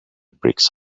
bricks